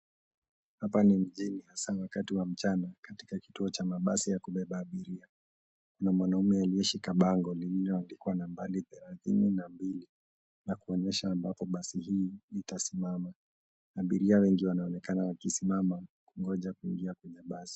Hapa ni mjini hasa wakati wa mchana katika kituo cha kubeba abiria. Kuna mwanamme aliyeshika bango lililoandikwa nambari thelathini na mbili, na kuonyesha ambapo basi hii itasimama. Abiria wengi wanaonekana wakisimama, kungoja kuingia kwenye basi.